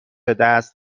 دست